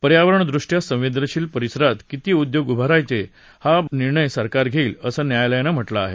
पर्यावरणदृष्ट्या संवेदनशील परिसरात किती उद्योग उभारायचे या बाबतचा निर्णय सरकार घेईल असं न्यायालयानं म्हटलं आहे